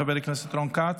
חברת הכנסת יוליה מלינובסקי,